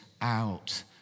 out